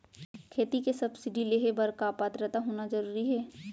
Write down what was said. खेती के सब्सिडी लेहे बर का पात्रता होना जरूरी हे?